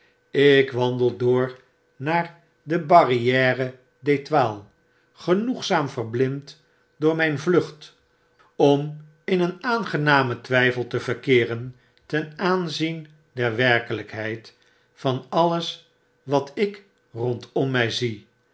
ik wandel door naar de barriere de tetoile genoegzaam verblind door myn vlucht om in een aangenamen twyfel te verkeeren ten aanzien der werkelykheid van alles watikrondom mij zie